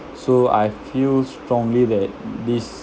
so I feel strongly that this